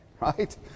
right